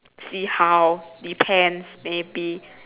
see how depends maybe